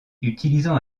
utilisant